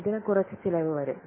ഇതിന് കുറച്ച് ചിലവ് വരും